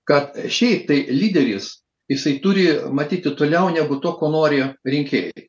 kad šį tai lyderis jisai turi matyti toliau negu to ko noriu rinki